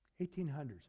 1800s